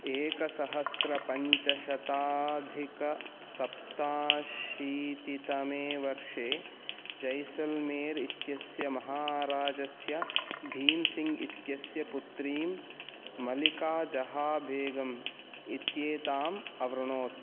एकसहस्रपञ्चशताधिकसप्ताशीतितमे वर्षे जैसल्मेर् इत्यस्य महाराजस्य भींसिङ्घ् इत्यस्य पुत्रीं मलिका जहाबेगम् इत्येताम् अवृणोत्